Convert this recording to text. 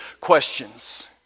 questions